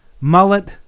mullet